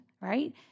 right